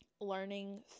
learning